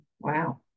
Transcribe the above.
Wow